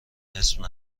اسم